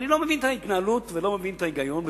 אני לא מבין את ההתנהלות ולא מבין את ההיגיון בזה.